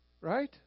right